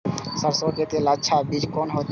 सरसों के लेल अच्छा बीज कोन होते?